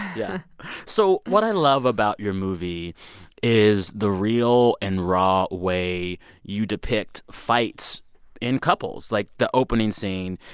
yeah so what i love about your movie is the real and raw way you depict fights in couples. like the opening scene,